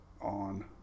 on